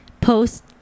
Post